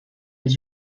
els